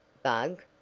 bug!